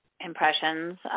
impressions